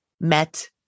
met